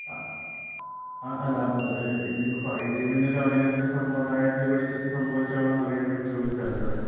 ആ ആ അല്ല എന്നുവച്ചാല് ഈ ഇനിയിപ്പോള് ഇടിമിന്നലോ അങ്ങനെ എന്തേലും സംഭവമുണ്ടായതിൻ്റെ വെളിച്ചത്തില് സംഭവിച്ചതാണോ എന്നറിയാൻ വേണ്ടി ചോദിച്ചതാണ് സാറെ